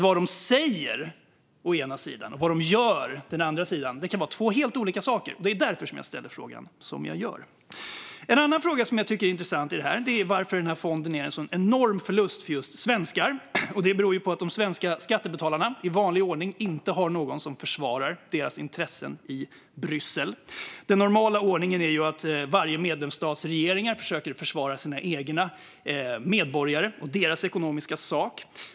Vad de å ena sidan säger och å andra sidan gör kan alltså vara två helt olika saker. Det är därför jag ställer frågan som jag gör. En annan fråga som jag tycker är intressant i detta är varför den här fonden är en sådan enorm förlust för just svenskar. Det beror på att de svenska skattebetalarna i vanlig ordning inte har någon som försvarar deras intressen i Bryssel. Den normala ordningen är att varje medlemsstats regering försöker försvara sina egna medborgare och deras ekonomiska sak.